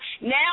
Now